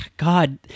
God